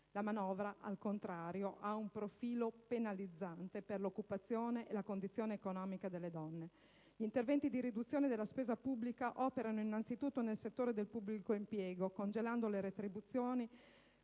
La manovra al contrario, ha un profilo penalizzante per l'occupazione e la condizione economica delle donne. Gli interventi di riduzione della spesa pubblica operano innanzitutto nel settore del pubblico impiego, congelando le retribuzioni,